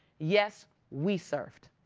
yes, we surfed.